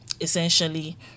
essentially